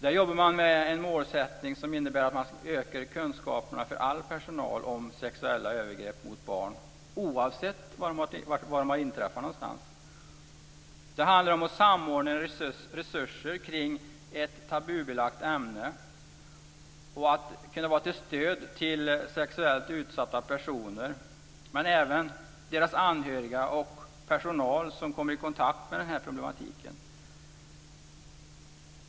Där jobbar man med målsättningen att öka kunskapen hos all personal om sexuella övergrepp mot barn oavsett var de inträffar. Det handlar om att samordna resurser kring ett tabubelagt ämne och att kunna vara till stöd för sexuellt utsatta personer, deras anhöriga och personal som kommer i kontakt med den här problematiken.